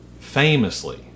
Famously